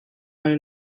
lai